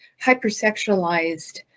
hypersexualized